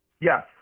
Yes